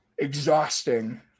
exhausting